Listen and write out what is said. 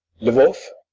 lvoff,